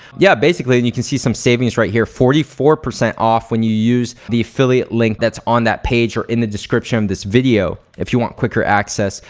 yeah basically and you can see some savings right here. forty four percent off when you use the affiliate link that's on that page or in the description of this video if you want quicker access.